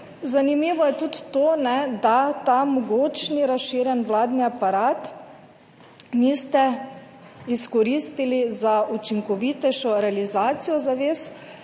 Zanimivo je tudi to, da ta mogočni, razširjen vladni aparat niste izkoristili za učinkovitejšo realizacijo zavez